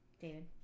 David